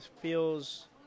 feels